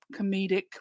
comedic